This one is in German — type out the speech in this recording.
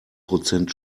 prozent